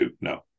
No